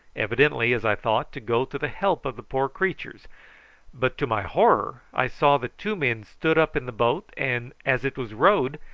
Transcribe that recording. evidently, as i thought, to go to the help of the poor creatures but, to my horror, i saw that two men stood up in the boat, and, as it was rowed,